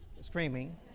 screaming